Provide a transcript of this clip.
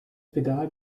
pedal